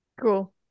Cool